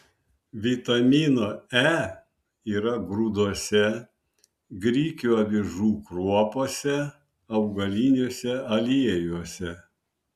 vitamino e yra grūduose grikių avižų kruopose augaliniuose aliejuose